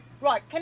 Right